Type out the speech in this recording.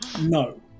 No